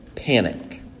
panic